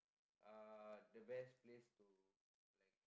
uh the best place to like